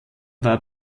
war